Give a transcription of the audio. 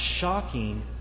shocking